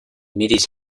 mires